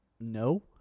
no